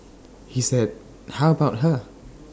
he said how about her